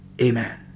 Amen